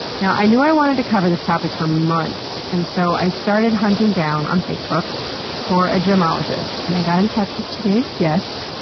now, i knew i wanted to cover this topic for months, and so i started hunting down on facebook for a gemologist, and i got in touch with today's guest,